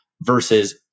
versus